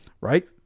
right